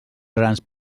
grans